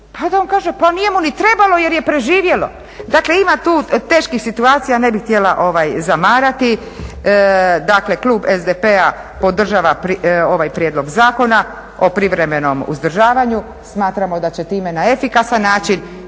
pa da on kaže pa nije mu ni trebalo jer je preživjelo. Dakle, ima tu teških situacija, ne bih htjela zamarati. Dakle, klub SDP-a podržava ovaj prijedlog zakona o privremenom uzdržavanju. Smatramo da će time na efikasan način